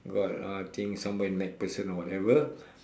got uh I think somewhere in macpherson or whatever